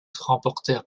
remportèrent